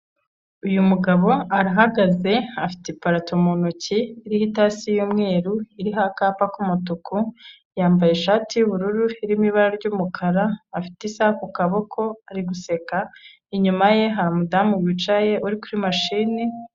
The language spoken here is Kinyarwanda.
Uyu mugabo arahagaze afite iparato mu ntoki iriho itasi y'umweru iriho akapa k'umutuku, yambaye ishati y'ubururu irimo ibara ry'umukara, afite isa ku kaboko ari guseka inyuma ye hari umudamu wicaye uri kuri mashini.